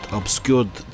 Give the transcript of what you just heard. obscured